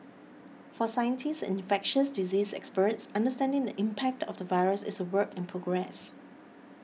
for scientists and infectious diseases experts understanding the impact of the virus is a work in progress